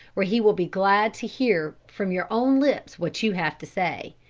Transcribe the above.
where he will be glad to hear from your own lips what you have to say.